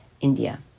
India